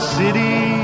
city